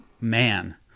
man